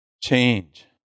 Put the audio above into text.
change